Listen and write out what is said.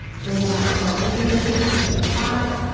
inhale, spread the fingertips, reach up high.